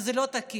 וזה לא תקין.